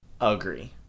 Agree